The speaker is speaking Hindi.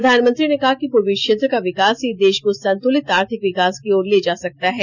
प्रधानमंत्री ने कहा कि पूर्वी क्षेत्र का विकास ही देश को संतुलित आर्थिक विकास की ओर ले जा सकता है